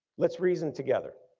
let's reason together.